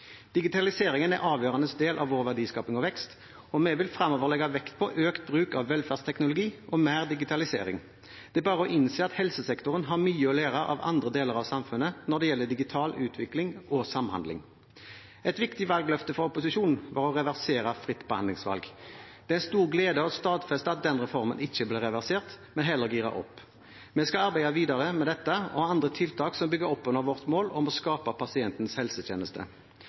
Digitaliseringen er en avgjørende del av vår verdiskaping og vekst, og vi vil fremover legge vekt på økt bruk av velferdsteknologi og mer digitalisering. Det er bare å innse at helsesektoren har mye å lære av andre deler av samfunnet når det gjelder digital utvikling og samhandling. Et viktig valgløfte fra opposisjonen var å reversere fritt behandlingsvalg. Det er en stor glede å stadfeste at den reformen ikke ble reversert, men heller giret opp. Vi skal arbeide videre med dette og andre tiltak som bygger opp under vårt mål om å skape pasientens helsetjeneste.